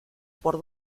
por